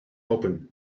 open